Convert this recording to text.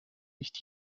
nicht